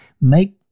make